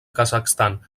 kazakhstan